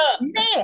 Man